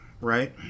right